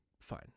Fine